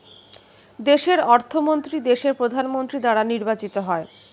দেশের অর্থমন্ত্রী দেশের প্রধানমন্ত্রী দ্বারা নির্বাচিত হয়